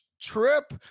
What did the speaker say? trip